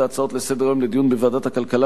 ההצעות לסדר-היום לדיון בוועדת הכלכלה,